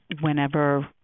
whenever